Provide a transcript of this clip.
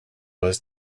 was